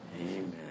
amen